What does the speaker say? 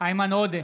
איימן עודה,